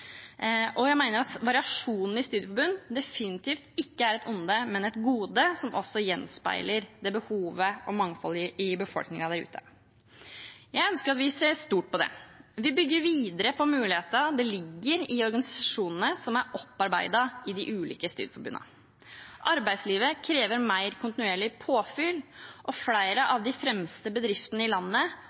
Jeg mener at variasjon i studieforbundene definitivt ikke er et onde, men et gode, som også gjenspeiler behovet og mangfoldet i befolkningen der ute. Jeg ønsker at vi ser stort på det, og bygger videre på mulighetene som ligger i de organisasjonene som er opparbeidet i de ulike studieforbundene. Arbeidslivet krever mer kontinuerlig påfyll, og flere av de fremste bedriftene i landet